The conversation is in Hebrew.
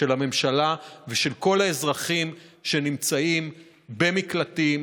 של הממשלה ושל כל האזרחים שנמצאים במקלטים